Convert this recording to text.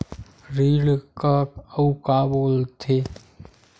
ऋण का अउ का बोल थे?